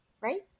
right